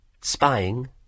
Spying